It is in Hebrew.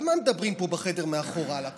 על מה מדברים פה בחדר מאחור, על הקורונה?